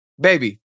Baby